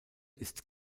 ist